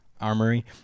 armory